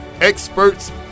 experts